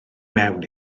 mewn